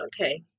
okay